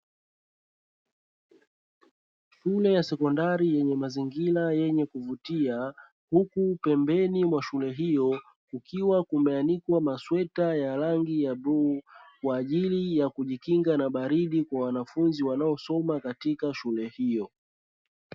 Shule ya sekondari yenye mazingira yenye kuvutia huku pembeni kwa shule hiyo kukiwa kumeanikwa masweta ya rangi ya buluu, kwa ajili ya kujikinga na baridi kwa wanafunzi wanaosoma katika shule hiyo.